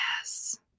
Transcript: yes